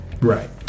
right